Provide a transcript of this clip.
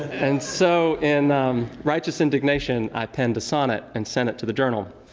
and so in righteous indignation i penned a sonnet and sent it to the journal